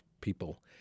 people